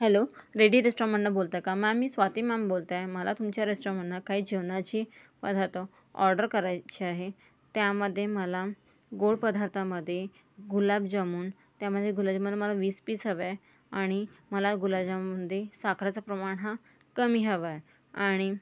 hello ready रेस्टॉरंटमधनं बोलत आहे का मॅम मी स्वाती मॅम बोलते आहे मला तुमच्या रेस्टॉरंटमधनं काही जेवणाचे पदार्थ ऑर्डर करायचे आहे त्यामध्ये मला गोड पदार्थामध्ये गुलाबजामून त्यामध्ये गुलाबजामूनमध्ये मला वीस पीस हवे आहे आणि मला गुलाबजामूनमध्ये साखरेचं प्रमाण हे कमी हवं आहे आणि